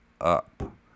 up